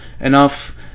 enough